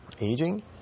aging